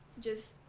Just-